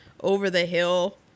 over-the-hill